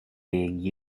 being